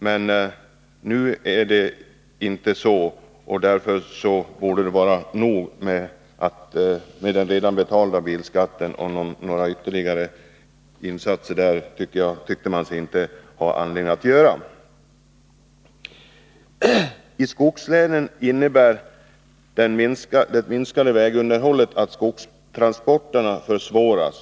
Det är den inte nu. Det får därför vara nog med den redan inbetalda bilskatten.” Några ytterligare insatser på det området tyckte man sig inte ha anledning att göra. I skogslänen innebär det minskade vägunderhållet att skogstransporterna försvåras.